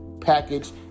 package